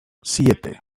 siete